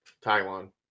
Taiwan